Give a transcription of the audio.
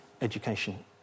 education